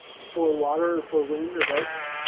for water or for wind or both?